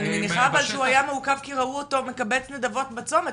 אני מניחה אבל שהוא היה מעוכב כי ראו אותו מקבץ נדבות בצומת,